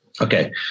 Okay